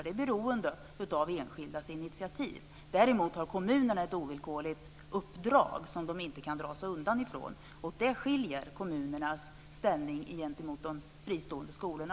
Det är beroende av enskildas initiativ. Däremot har kommunerna ett ovillkorligt uppdrag som de inte kan dra sig undan. Det skiljer i stor utsträckning kommunernas ställning i förhållande till de fristående skolorna.